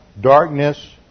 darkness